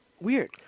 Weird